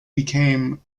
became